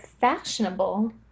fashionable